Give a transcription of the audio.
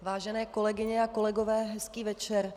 Vážené kolegyně a kolegové, hezký večer.